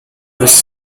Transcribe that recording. was